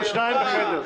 בלי מקלחת, בלי שירותים.